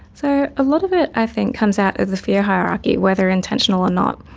so a lot of it i think comes out of the fear hierarchy, whether intentional or not.